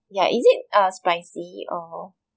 ya is it uh spicy or